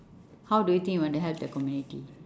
how do you think you want to help the community